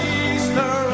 easter